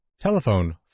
Telephone